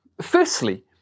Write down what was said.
Firstly